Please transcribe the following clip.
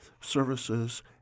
services